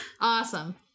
Awesome